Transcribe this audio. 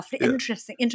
interesting